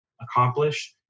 accomplish